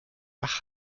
wach